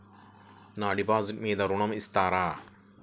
నా డిపాజిట్ మీద ఋణం ఇస్తారా?